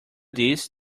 this